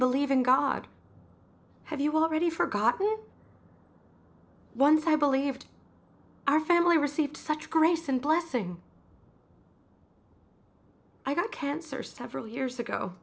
believe in god have you already forgotten once i believed our family received such grace and blessing i got cancer several years ago